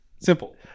simple